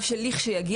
אבל זה גם חשוב להבין,